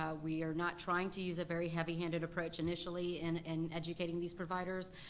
ah we are not trying to use a very heavy-handed approach initially and in educating these providers,